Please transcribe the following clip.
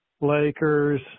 Lakers